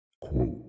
Quote